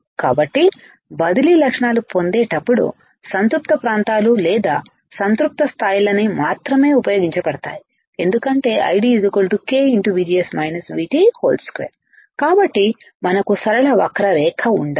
కాబట్టి బదిలీ లక్షణాలు పొందేటప్పుడు సంతృప్త ప్రాంతాలు లేదా సంతృప్త స్థాయిలను మాత్రమే ఉపయోగించబడతాయి ఎందుకంటే ID k2 కాబట్టి మనకు సరళ వక్రరేఖ ఉండదు